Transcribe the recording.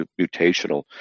mutational